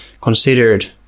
considered